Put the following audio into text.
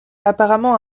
apparemment